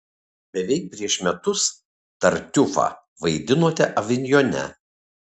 beveik prieš metus tartiufą vaidinote avinjone